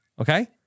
okay